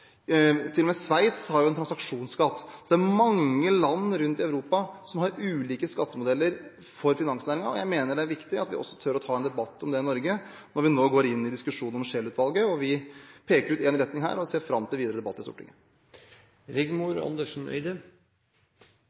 med Sveits har en transaksjonsskatt, så det er mange land rundt i Europa som har ulike skattemodeller for finansnæringen. Jeg mener det er viktig at vi også tør å ta en debatt om det i Norge – når vi nå går inn i diskusjonen om Scheel-utvalget – og vi peker ut en retning her, og ser fram til videre debatt i Stortinget.